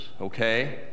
okay